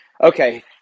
Okay